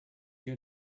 you